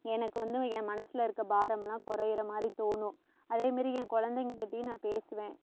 எனக்கு வந்து என் மனசில் இருக்கற பாரமெல்லாம் குறையிற மாதிரி தோணும் அதேமாதிரி என் கொழந்தைங்கக் கிட்டேயும் நான் பேசுவேன்